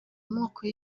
amoko